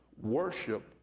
worship